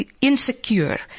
insecure